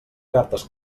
cartes